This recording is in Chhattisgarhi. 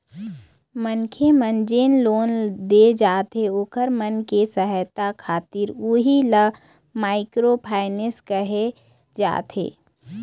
मनखे मन जेन लोन दे जाथे ओखर मन के सहायता खातिर उही ल माइक्रो फायनेंस कहे जाथे